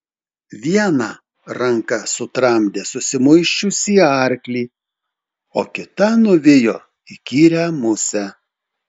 viena ranka sutramdė susimuisčiusį arklį o kita nuvijo įkyrią musę